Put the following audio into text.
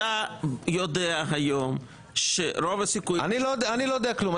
אתה יודע היום שרוב הסיכויים --- אני לא יודע כלום.